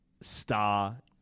star